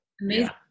Amazing